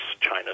China